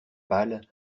pâle